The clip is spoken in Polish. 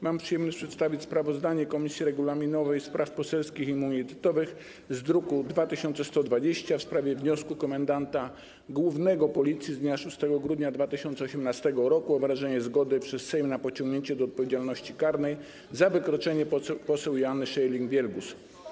Mam przyjemność przedstawić sprawozdanie Komisji Regulaminowej, Spraw Poselskich i Immunitetowych z druku 2120 w sprawie wniosku komendanta głównego Policji z dnia 6 grudnia 2018 r. o wyrażenie zgody przez Sejm na pociągnięcie do odpowiedzialności karnej za wykroczenie poseł Joanny Scheuring-Wielgus.